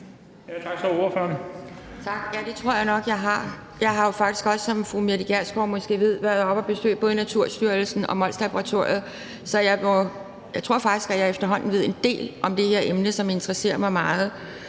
Tak. Det tror jeg nok jeg har. Jeg har jo faktisk også, som fru Mette Gjerskov måske ved, været oppe at besøge både Naturstyrelsen og Molslaboratoriet, så jeg tror faktisk, at jeg efterhånden ved en del om det her emne, som interesserer mig meget.